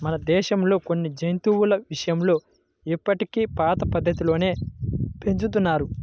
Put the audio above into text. మన దేశంలో కొన్ని జంతువుల విషయంలో ఇప్పటికీ పాత పద్ధతుల్లోనే పెంచుతున్నారు